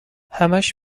همش